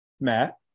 Matt